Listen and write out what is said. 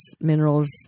minerals